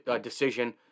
decision